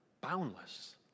boundless